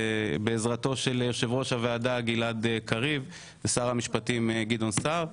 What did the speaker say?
בעזרתו של יושב ראש הוועדה גלעד קריב ושר המשפטים גדעון סער,